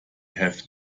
have